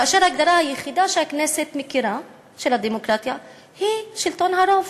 כאשר ההגדרה היחידה של הדמוקרטיה שהכנסת מכירה היא שלטון הרוב,